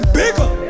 bigger